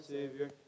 Savior